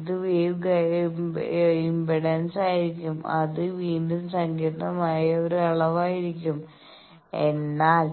ഇത് wave impedance ആയിരിക്കും അത് വീണ്ടും സങ്കീർണ്ണമായ ഒരു അളവായിരിക്കാം എന്നാൽ